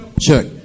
check